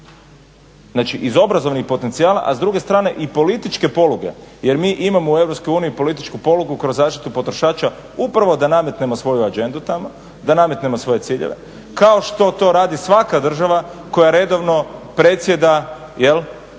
znači iz obrazovnih potencijala a s druge strane i političke poluge. Jer mi imamo u Europskoj uniji i političku polugu kroz zaštitu potrošača upravo da nametnemo svoju agendu tamo, da nametnemo svoje ciljeve kao što to radi svaka država koja redovno predsjeda